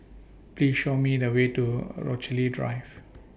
Please Show Me The Way to Rochalie Drive